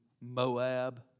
Moab